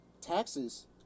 taxes